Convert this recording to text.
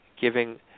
giving